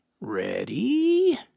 Ready